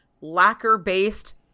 lacquer-based